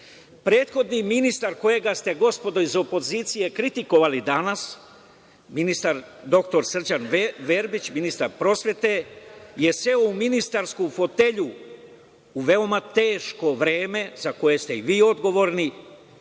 citat. Prethodni ministar kojeg ste gospodo iz opozicije i kritikovali danas, ministar dr Srđan Verbić, ministar prosvete je seo u ministarsku fotelju u veoma teško vreme, za koje ste vi odgovorni,